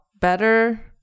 better